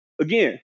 again